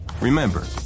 Remember